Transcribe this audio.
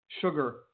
sugar